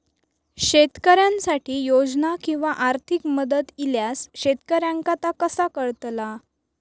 शेतकऱ्यांसाठी योजना किंवा आर्थिक मदत इल्यास शेतकऱ्यांका ता कसा कळतला?